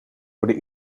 worden